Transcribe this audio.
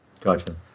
Gotcha